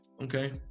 okay